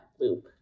loop